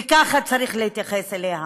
וככה צריך להתייחס אליה.